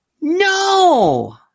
no